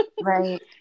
Right